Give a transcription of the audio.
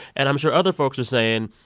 and i'm sure other folks are saying,